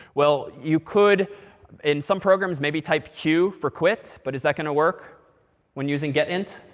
well, you could in some programs maybe type q for quit. but is that going to work when using getint?